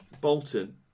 Bolton